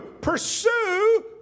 pursue